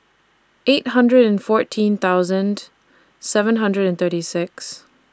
eight hundred and fourteen thousand seven hundred and thirty six